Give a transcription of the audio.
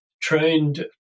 Trained